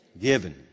given